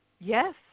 yes